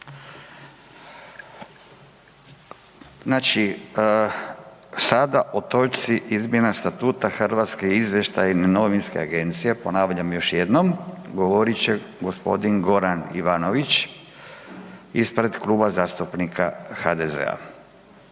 Znači sada o točci Izmjena statuta HINA -e ponavljam još jednom govorit će gospodin Goran Ivanović ispred Kluba zastupnika HDZ-a.